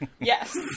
Yes